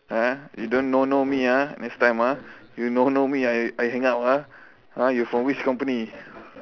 ah you don't no no me you no no me I I hang up ah ah you from which company